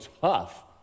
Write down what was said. tough